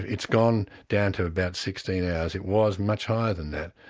it's gone down to about sixteen hours. it was much higher than that,